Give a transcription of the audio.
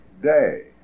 day